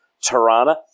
Tirana